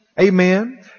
Amen